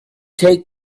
take